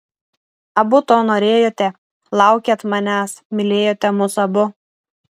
abu to norėjote laukėt manęs mylėjote mus abu